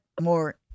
more